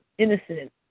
Innocent